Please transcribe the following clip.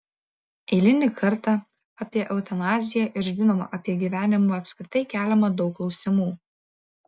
eilinį kartą apie eutanaziją ir žinoma apie gyvenimą apskritai keliama daug klausimų